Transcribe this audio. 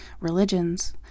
religions